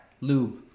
lube